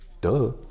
Duh